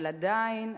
אבל עדיין,